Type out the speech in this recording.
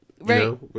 Right